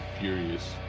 furious